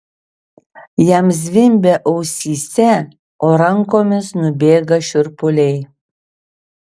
jam zvimbia ausyse o rankomis nubėga šiurpuliai